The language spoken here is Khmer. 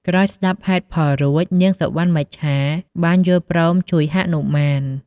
ក្រោយស្តាប់ហេតុផលរួច នាងសុវណ្ណមច្ឆាបានយល់ព្រមជួយហនុមាន។